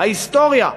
ההיסטוריה,